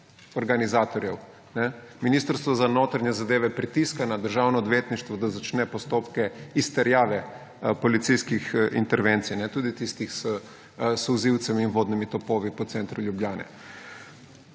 organizatorjev. Ministrstvo za notranje zadeve pritiska na Državno odvetništvo, da začne postopke izterjave policijskih intervencij, tudi tistih s solzivcem in vodnimi topovi po centru Ljubljane.